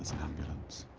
an ambulance